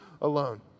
alone